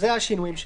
אלה השינויים שנעשו.